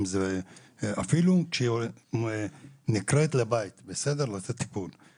אפילו כשהיא נקראת לבית לתת טיפול.